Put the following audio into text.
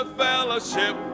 fellowship